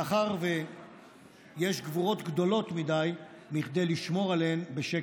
מאחר שיש גבורות גדולות מכדי לשמור עליהן בשקט.